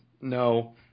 No